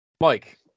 Mike